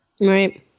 Right